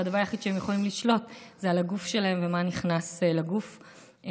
והדבר היחיד שהם יכולים לשלוט בו זה על הגוף שלהם ומה נכנס לגוף שלהם.